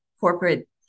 corporate